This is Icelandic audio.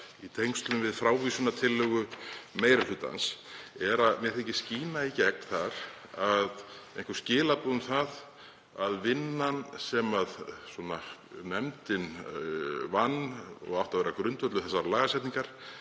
í tengslum við frávísunartillögu meiri hlutans er að mér þykja skína í gegn þar einhver skilaboð um að vinnan sem nefndin vann og átti að vera grundvöllur þessarar lagasetningar